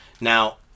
Now